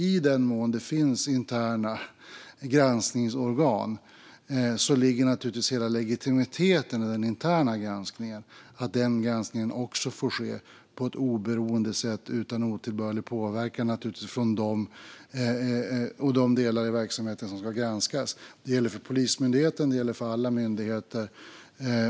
I den mån det finns interna granskningsorgan ligger naturligtvis hela legitimiteten i den interna granskningen i att den får ske på ett oberoende sätt utan otillbörlig påverkan från de delar i verksamheten som ska granskas. Det gäller för Polismyndigheten. Det gäller för alla myndigheter.